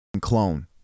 clone